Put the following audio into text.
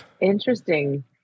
Interesting